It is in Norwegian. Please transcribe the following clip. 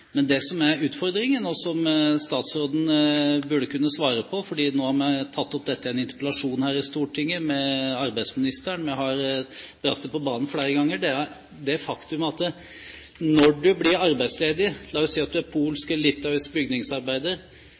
Men det som er utfordringen, og som statsråden burde kunne svare på – for nå har vi tatt opp dette i en interpellasjon her i Stortinget med arbeidsministeren, og vi har brakt det på banen flere ganger – er det faktum at når du blir arbeidsledig, la oss si at du er polsk eller litauisk bygningsarbeider,